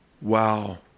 Wow